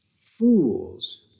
fools